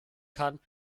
kann